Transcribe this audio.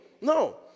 No